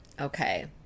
Okay